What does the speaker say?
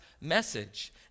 message